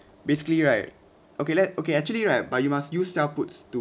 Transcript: basically right okay let okay actually right but you must use sell puts to